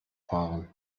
fahren